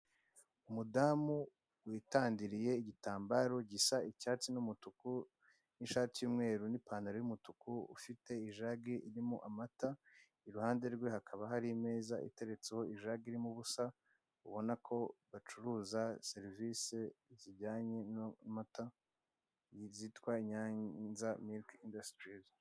Umudamu witandiriye igitambaro gisa icyatsi n'umutuku, n'ishati y'umweru n'ipantaro y'umutuku ufite ijagi irimo amata, iruhande rwe hakaba hari imeza iteretseho ijagi irimo ubusa, ubona ko bacuruza serivise zijyanye n'amata zitwa ''nyanza milk industries''.